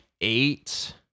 eight